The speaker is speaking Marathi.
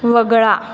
वगळा